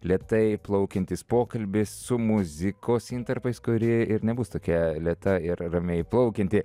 lėtai plaukiantis pokalbis su muzikos intarpais kuri ir nebus tokia lėta ir ramiai plaukianti